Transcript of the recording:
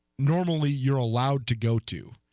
normally you're allowed to go two